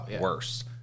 worse